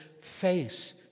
face